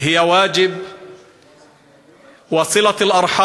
אדוני כבוד יושב-ראש הכנסת,